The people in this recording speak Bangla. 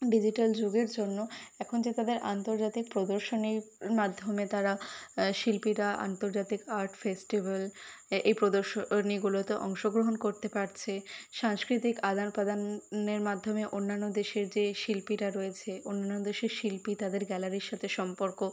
ডিজিটাল যুগের জন্য এখন যে তাদের আন্তর্জাতিক প্রদর্শনীর মাধ্যমে তারা শিল্পীরা আন্তর্জাতিক আর্ট ফেস্টিভ্যাল এ এই প্রদর্শনীগুলোতে অংশগ্রহণ করতে পারছে সাংস্কৃতিক আদান প্রদানের মাধ্যমে অন্যান্য দেশের যে শিল্পীরা রয়েছে অন্যান্য দেশের শিল্পী তাদের গ্যালারির সাথে সম্পর্ক